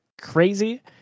crazy